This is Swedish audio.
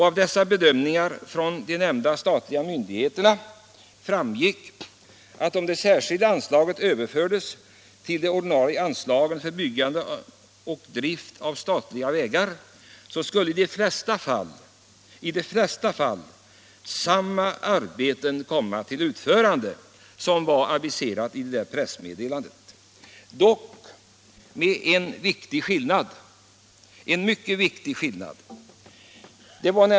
Av dessa bedömningar framgick att om det särskilda anslaget överfördes till de ordinarie anslagen för byggande och drift av statliga vägar skulle i de flesta fall samma arbeten ha utförts som var aviserade i pressmeddelandet, dock med en mycket viktig skillnad.